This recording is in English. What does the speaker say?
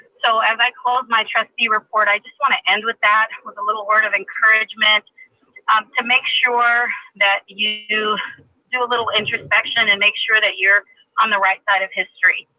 so as i called my trustee report, i just want to end with that, with a little word of encouragement um to make sure that you do do a little introspection and make sure that you're on the right side of history,